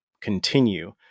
continue